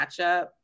matchup